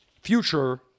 future